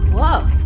whoa.